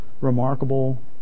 remarkable